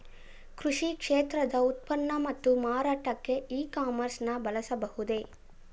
ಕೃಷಿ ಕ್ಷೇತ್ರದ ಉತ್ಪನ್ನ ಮತ್ತು ಮಾರಾಟಕ್ಕೆ ಇ ಕಾಮರ್ಸ್ ನ ಬಳಸಬಹುದೇ?